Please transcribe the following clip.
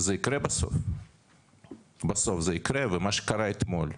בסוף זה יקרה ומה שקרה אתמול,